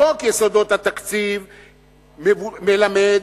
חוק יסודות התקציב מלמד,